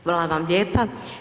Hvala vam lijepa.